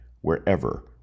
wherever